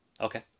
Okay